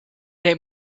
they